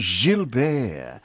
Gilbert